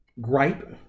gripe